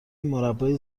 مربای